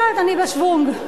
אני לא יודעת, אני בשוונג.